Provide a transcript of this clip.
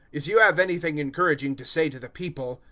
if you have anything encouraging to say to the people,